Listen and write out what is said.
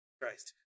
christ